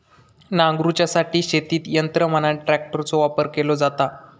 नांगरूच्यासाठी शेतीत यंत्र म्हणान ट्रॅक्टरचो वापर केलो जाता